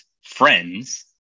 friends